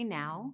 now